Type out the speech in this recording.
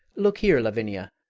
look here, lavinia!